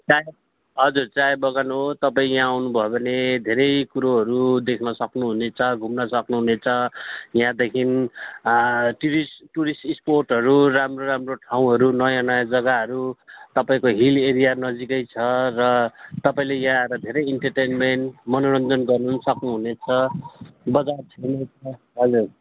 चाय हजुर चाय बगान हो तपाईँ यहाँ आउनु भयो भने धेरै कुरोहरू देख्न सक्नुहुनेछ घुम्न सक्नुहुनेछ यहाँदेखि टुरिस्ट टुरिस्ट स्पोटहरू राम्रो राम्रो ठाउँहरू नयाँ नयाँ जग्गाहरू तपाईँको हिल एरिया नजिकै छ र तपाईँले यहाँ आएर धेरै इन्टरटेन्मेन मनोरञ्जन गर्नु पनि सक्नुहुनेछ बजार छेउमै छ हजुर